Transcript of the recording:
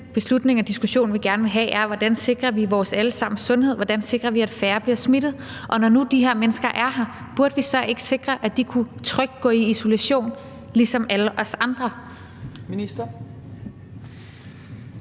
beslutning og den diskussion, vi gerne vil have, handler om, hvordan vi sikrer vores alle sammens sundhed; hvordan vi sikrer, at færre bliver smittet. Og når nu de her mennesker er her, burde vi så ikke sikre, at de trygt kunne gå i isolation ligesom alle os andre?